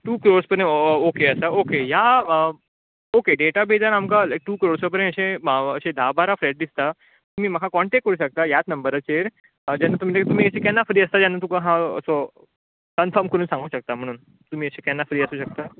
two crores पर्यंत okay आसा okay ह्या ऑके डेटा बेजान आमकां टू क्रोर्सा पर्यत अशें म्हा धा बारा फ्लॅट दिसता तुमी म्हाका कॉन्टेक्ट करूंक शकता ह्याच नंबराचेर जेन्ना तुमी अशीं अशीं केन्ना फ्री आसता जेन्ना तुका हांव असो कन्फर्म करून सांगो शकता म्हणून तुमी अशी केन्ना फ्री आसूंक शकता